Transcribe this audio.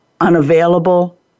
unavailable